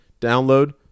download